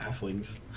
halflings